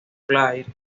clair